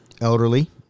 elderly